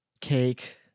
Cake